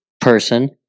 person